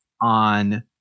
on